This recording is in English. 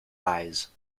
eyes